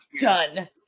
done